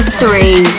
three